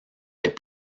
est